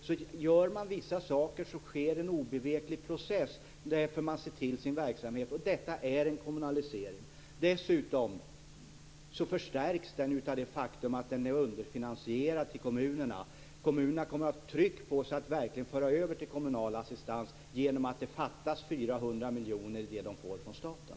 Men om man gör vissa saker sker det en obeveklig process, eftersom kommunerna ser till sin egen verksamhet. Detta innebär en kommunalisering. Dessutom förstärks denna process genom att reformen är underfinansierad gentemot kommunerna. De kommer att få ett tryck på sig att verkligen föra över verksamheten till kommunal assistans eftersom det fattas 400 miljoner i den ersättning som de får från staten.